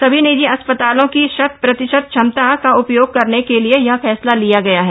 सभी निजी अस्पतालों की शत प्रतिशत क्षमता का उपयोग करने के लिए यह फैसला किया गया है